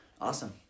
Awesome